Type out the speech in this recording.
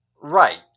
Right